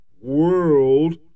World